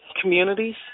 communities